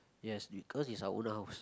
yes we cause it's our own house